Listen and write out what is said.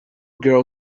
girl